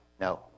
No